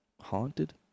haunted